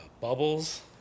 bubbles